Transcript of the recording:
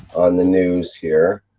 on the news here,